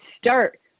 start